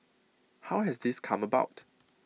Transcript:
how has this come about